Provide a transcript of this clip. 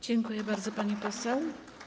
Dziękuję bardzo, pani poseł.